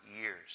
years